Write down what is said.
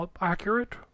accurate